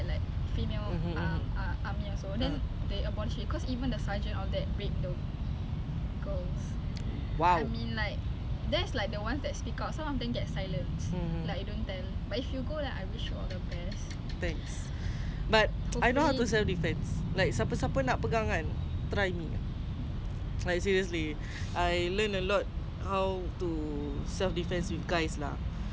I know how to self-defence like siapa-siapa nak pegang kan try me like seriously I learn a lot how to self-defence with guys lah cause dah banyak kali kita dah take advantage but then I learn how to be stronger lah belajar belajar belajar belajar pang satu kali ni this guy ah dia nak try one time shoot he run away he was like like